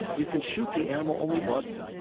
you can shoot the animal only once.